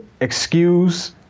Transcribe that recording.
excuse